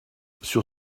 sur